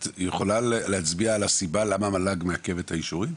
את יכולה להצביע על הסיבה למה המל"ג מעכבת את האישורים?